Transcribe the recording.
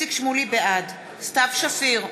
בעד סתיו שפיר,